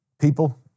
People